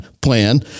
plan